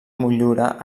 motllura